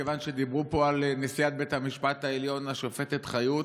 כיוון שדיברו פה על נשיאת בית המשפט העליון השופטת חיות,